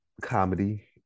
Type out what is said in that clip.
comedy